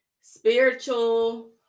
spiritual